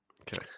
Okay